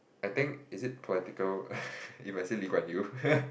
I think is it political if I say Lee-Kuan-Yew